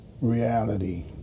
reality